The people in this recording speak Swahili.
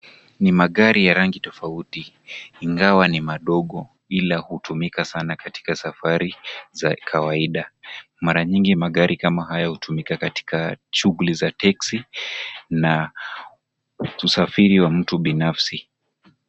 Ni magari ya rangi tofauti ingawa ni madogo ila hutumika sana katika safari za kawaida. Mara nyingi magari kama haya hutumika katika shughuli za teksi na usafiri wa mtu binafsi.